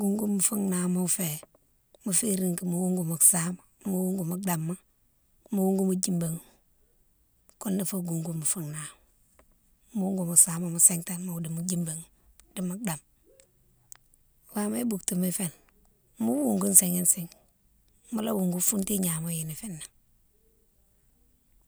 Goungouma fou nama fé, mo férine ki mo wougou mo sama, mo wougou mo damma, mo wougou djibéima, mounne fé goungoume fou nama, goungou mo sama mo sitane do dimo djibéima di mo damma. Wama iboutouma féne, mo wougou sighi sigue, mola wougou fountou gnaméghé fénan.